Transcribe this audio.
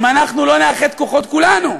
אם אנחנו לא נאחד כוחות כולנו,